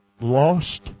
lost